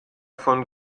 von